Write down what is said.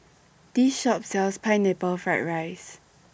This Shop sells Pineapple Fried Rice